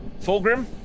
Fulgrim